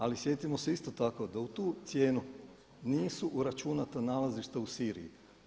Ali sjetimo se isto tako da u tu cijenu nisu uračunata nalazišta u Siriji.